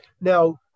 Now